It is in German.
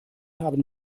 haben